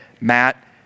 Matt